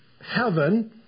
heaven